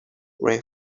ran